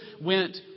went